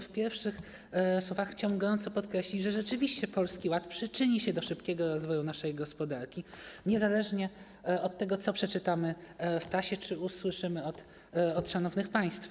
W pierwszych słowach chciałbym gorąco podkreślić, że rzeczywiście Polski Ład przyczyni się do szybkiego rozwoju naszej gospodarki niezależnie od tego, co przeczytamy w prasie czy usłyszymy od szanownych państwa.